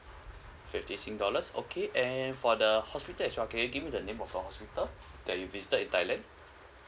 fifty singapore dollars okay and for the hospital as well can you give me the name of the hospital that you visited in thailand